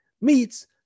meets